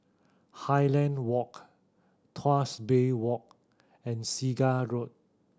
Highland Walk Tuas Bay Walk and Segar Road